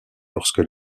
lorsque